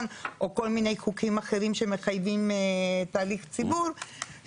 או כל מיני חוקים אחרים שמחייבים תהליך ציבור,